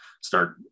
start